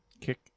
Kick